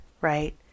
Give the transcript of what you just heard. right